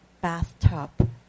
bathtub